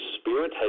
Spirit